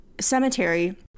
cemetery